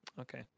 okay